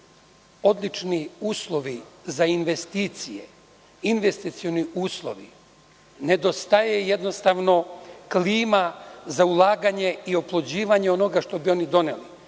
odlični uslovi za investicije, investicioni uslovi. Nedostaje jednostavno klima za ulaganje i oplođivanje onoga što bi oni doneli. Vi